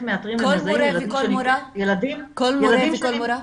מאתרים ומזהים ילדים --- כל מורה וכל מורה?